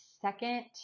second